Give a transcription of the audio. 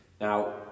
Now